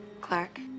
Clark